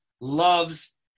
loves